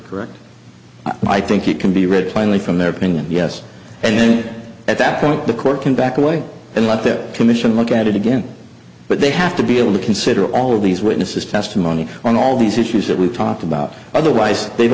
correct i think it can be read plainly from their opinion yes and then at that point the court can back away and let that commission look at it again but they have to be able to consider all of these witnesses testimony on all these issues that we've talked about otherwise they've